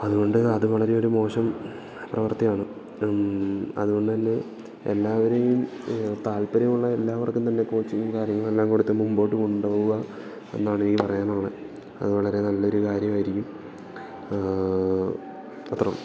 അതുകൊണ്ട് അത് വളരെ ഒരു മോശം പ്രവൃത്തിയാണ് അതുകൊണ്ടുതന്നെ എല്ലാവരെയും താല്പര്യമുള്ള എല്ലാവർക്കും തന്നെ കോച്ചിങ്ങും കാര്യങ്ങളും എല്ലാം കൊടുത്ത് മുമ്പോട്ട് കൊണ്ടുപോവുക എന്നാണ് എനിക്ക് പറയാനുള്ളത് അതു വളരെ നല്ലൊരു കാര്യമായിരിക്കും അത്രയേ ഉള്ളു